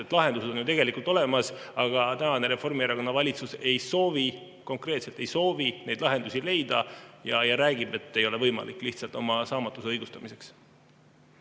Lahendus on ju tegelikult olemas, aga tänane Reformierakonna valitsus ei soovi, konkreetselt ei soovi neid lahendusi leida. Ta räägib seda, et see ei ole võimalik, lihtsalt oma saamatuse õigustamiseks.